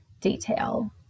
detail